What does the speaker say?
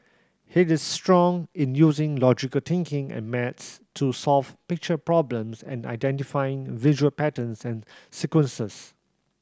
he is strong in using logical thinking and maths to solve picture problems and identifying visual patterns and sequences